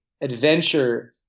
adventure